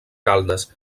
caldes